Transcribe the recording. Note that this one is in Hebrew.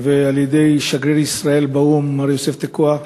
ועל-ידי השגריר באו"ם מר יוסף תקוע,